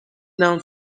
known